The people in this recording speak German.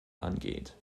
angeht